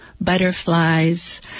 butterflies